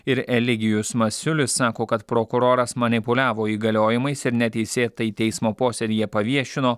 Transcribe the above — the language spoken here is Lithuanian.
ir eligijus masiulis sako kad prokuroras manipuliavo įgaliojimais ir neteisėtai teismo posėdyje paviešino